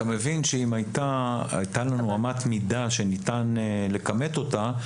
אתה מבין שאם הייתה לנו אמת מידה שניתן לכמת אותה,